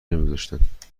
نمیگذاشتند